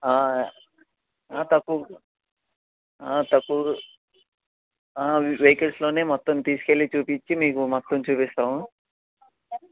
తక్కువుకు తక్కువుగు వెహికల్స్లో మొత్తం తీసుకు వెళ్ళి చూపించి మీకు మొత్తం చూపిస్తాము